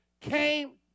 came